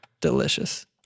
Delicious